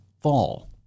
fall